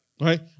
right